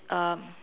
um